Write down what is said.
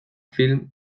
films